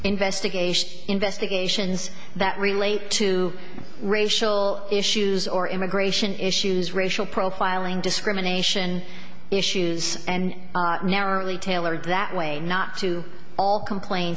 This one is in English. investigation investigations that relate to racial issues or immigration issues racial profiling discrimination issues and narrowly tailored that way not to all complain